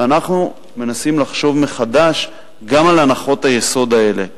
ואנחנו מנסים לחשוב מחדש גם על הנחות היסוד האלה,